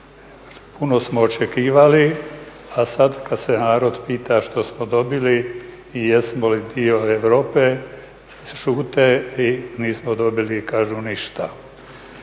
puno smo očekivali a sad kada se narod pita što smo dobili i jesmo li dio Europe šute i nismo dobili kažu ništa.